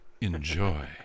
Enjoy